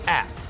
app